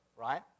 right